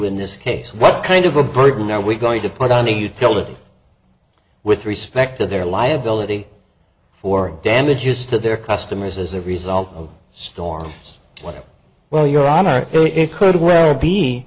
in this case what kind of a burden are we going to put on the utility with respect to their liability for damages to their customers as a result of storms like well your honor it could well be